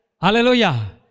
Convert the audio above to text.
Hallelujah